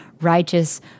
righteous